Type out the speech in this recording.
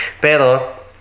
Pero